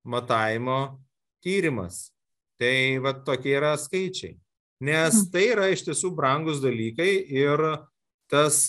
matavimo tyrimas tai va tokie yra skaičiai nes tai yra iš tiesų brangūs dalykai ir tas